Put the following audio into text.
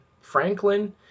Franklin